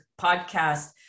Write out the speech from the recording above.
podcast